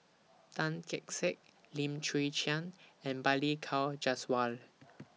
Tan Kee Sek Lim Chwee Chian and Balli Kaur Jaswal